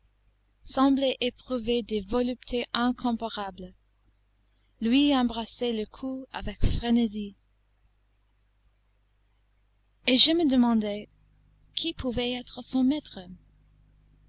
semblait éprouver des voluptés incomparables lui embrassait le cou avec frénésie et je me demandais qui pouvait être son maître